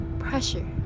pressure